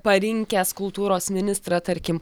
parinkęs kultūros ministrą tarkim